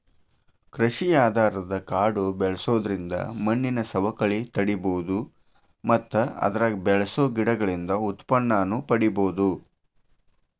ಕೃಷಿ ಆಧಾರದ ಕಾಡು ಬೆಳ್ಸೋದ್ರಿಂದ ಮಣ್ಣಿನ ಸವಕಳಿ ತಡೇಬೋದು ಮತ್ತ ಅದ್ರಾಗ ಬೆಳಸೋ ಗಿಡಗಳಿಂದ ಉತ್ಪನ್ನನೂ ಪಡೇಬೋದು